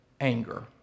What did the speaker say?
anger